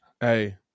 Hey